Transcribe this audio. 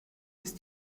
ist